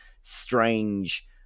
strange